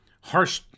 harsh